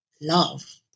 love